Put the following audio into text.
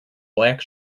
black